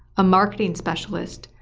a marketing specialist,